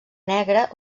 negra